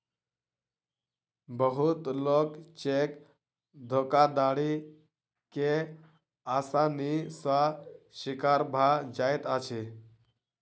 बहुत लोक चेक धोखाधड़ी के आसानी सॅ शिकार भ जाइत अछि